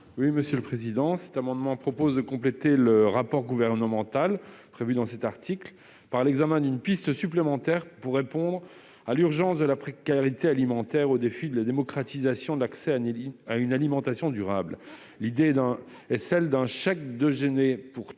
Olivier Jacquin. Nous proposons de compléter le rapport gouvernemental prévu dans cet article par l'examen d'une piste supplémentaire pour répondre à l'urgence de la précarité alimentaire et au défi de la démocratisation de l'accès à une alimentation durable. L'idée est celle d'un « chèque déjeuner pour tous